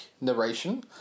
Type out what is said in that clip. narration